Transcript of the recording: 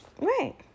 Right